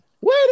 wait